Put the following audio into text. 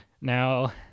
Now